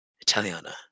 Italiana